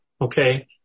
Okay